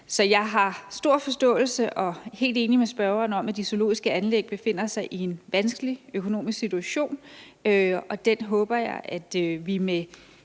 Så jeg har stor forståelse for og er helt enig med spørgeren i, at de zoologiske anlæg befinder sig i en vanskelig økonomisk situation, og den håber jeg at vi med